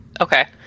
Okay